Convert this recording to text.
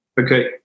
okay